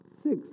six